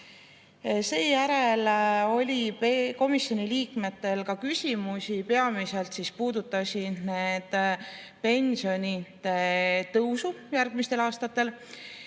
euroni. Seejärel oli komisjoni liikmetel ka küsimusi. Peamiselt puudutasid need pensionide tõusu järgmistel aastatel,